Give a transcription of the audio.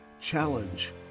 challenge